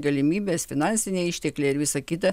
galimybės finansiniai ištekliai ir visa kita